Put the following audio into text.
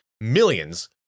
millions